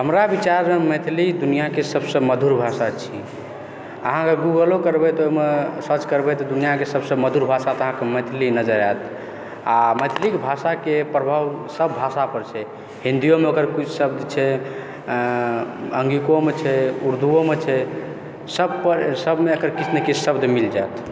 हमरा विचारमे मैथिली दुनिआँके सबसँ मधुर भाषा छी अहाँ गूगलो करबै तऽ ओहिमे सर्च करबै तऽ दुनिआँ के सबसँ मधुर भाषा तऽ अहाँके ओहिमे अहाँके मैथिली नजरि आयत आओर मैथिली भाषाके प्रभाव सब भाषापर छै हिन्दियोमे ओकर किछु शब्द छै अङ्गीकोमे छै उर्दूओमे छै सबपर सबमे एकर किछु ने किछु शब्द मिल जायत